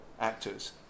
actors –